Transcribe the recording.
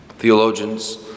Theologians